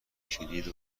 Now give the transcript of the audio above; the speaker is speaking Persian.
کلید